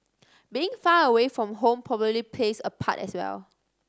being far away from home probably plays a part as well